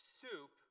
soup